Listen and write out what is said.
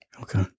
Okay